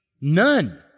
None